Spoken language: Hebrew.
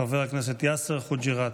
חבר הכנסת יאסר חוג'יראת.